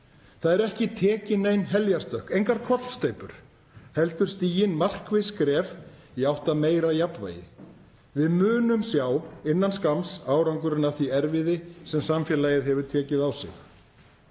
Það eru ekki tekin nein heljarstökk, engar kollsteypur, heldur stigin markviss skref í átt að meira jafnvægi. Við munum sjá innan skamms árangurinn af því erfiði sem samfélagið hefur tekið á sig.